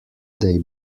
day